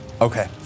Okay